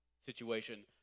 situation